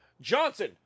Johnson